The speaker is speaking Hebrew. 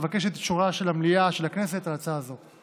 אבקש את אישורה של המליאה של הכנסת להצעה זו.